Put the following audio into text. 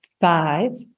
five